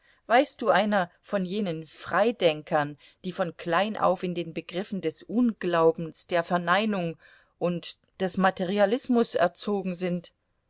weißt du einer von jenen freidenkern die von klein auf in den begriffen des unglaubens der verneinung und des materialismus erzogen sind